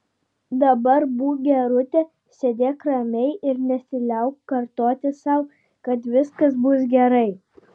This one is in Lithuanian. dabar būk gerutė sėdėk ramiai ir nesiliauk kartoti sau kad viskas bus gerai